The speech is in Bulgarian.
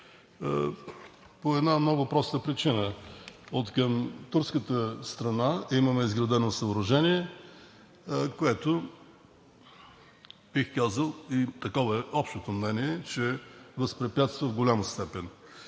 по една много проста причина – откъм турската страна имаме изградено съоръжение, което бих казал, а такова е и общото мнение, че то в голяма степен